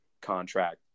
contract